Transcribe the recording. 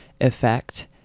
effect